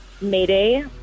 Mayday